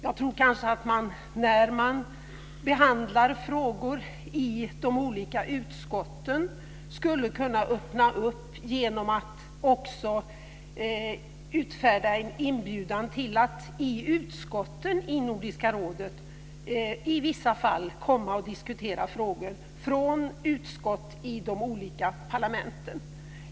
Jag tror kanske att man, när man behandlar frågor i de olika utskotten, skulle kunna öppna upp genom att också utfärda en inbjudan till att i utskotten i Nordiska rådet i vissa fall komma och diskutera frågor från utskott i de olika parlamenten.